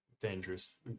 dangerous